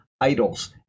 idols